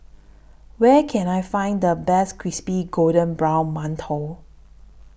Where Can I Find The Best Crispy Golden Brown mantou